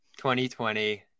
2020